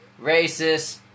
Racist